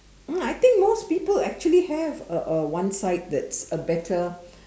mm I think most people actually have a a one side that is a better